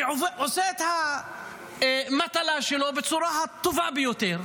ועושה את המטלה שלו בצורה הטובה ביותר.